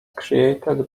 created